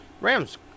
Rams